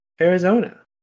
arizona